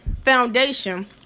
foundation